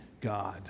God